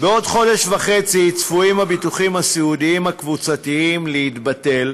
בעוד חודש וחצי צפויים הביטוחים הסיעודיים הקבוצתיים להתבטל,